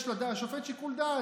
יש לשופט שיקול דעת.